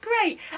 great